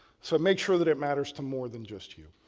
so make sure that it matters to more than just you.